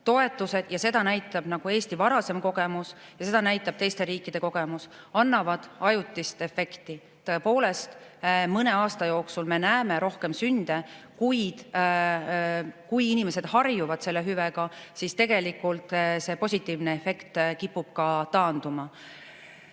Toetused – seda näitab Eesti varasem kogemus ja seda näitab teiste riikide kogemus – annavad ajutist efekti. Tõepoolest, mõne aasta jooksul me näeme rohkem sünde, kuid kui inimesed harjuvad selle hüvega, siis tegelikult see positiivne efekt kipub ka taanduma. Jätkuvalt